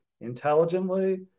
intelligently